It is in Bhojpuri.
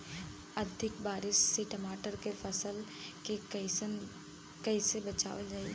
अधिक बारिश से टमाटर के फसल के कइसे बचावल जाई?